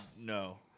no